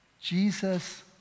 Jesus